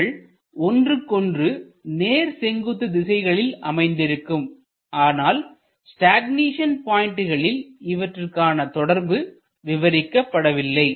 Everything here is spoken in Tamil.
அவைகள் ஒன்றுக்கு ஒன்று நேர் செங்குத்து திசைகளில் அமைந்திருக்கும் ஆனால் ஸ்டக்நேஷன் பாயிண்ட்களில் இவற்றுக்கான தொடர்பு விவரிக்கப்படவில்லை